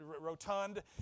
rotund